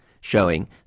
showing